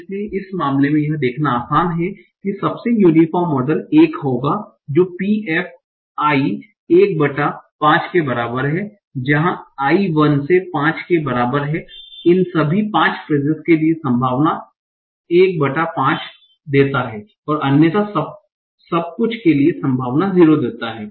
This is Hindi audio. इसलिए इस मामले में यह देखना आसान है कि सबसे यूनीफोर्म मॉडल एक होगा जो P f i 1 5 के बराबर है जहा i 1 से 5 के बराबर है इन सभी 5 फ़्रेजेस के लिए संभावना 15 देता है और अन्यथा सब कुछ के लिए संभावना 0 देता है